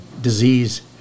disease